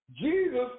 Jesus